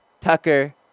Tucker